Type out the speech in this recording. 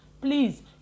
Please